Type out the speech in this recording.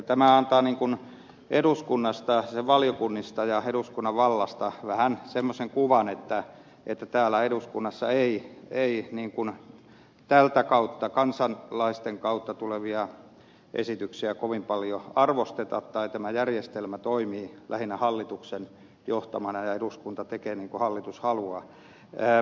tämä antaa eduskunnasta sen valiokunnista ja eduskunnan vallasta vähän semmoisen kuvan että täällä eduskunnassa ei tätä kautta kansalaisten kautta tulevia esityksiä kovin paljon arvosteta tai tämä järjestelmä toimii lähinnä hallituksen johtamana ja eduskunta tekee niin kuin hallitus haluaa